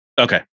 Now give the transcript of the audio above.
Okay